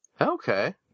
Okay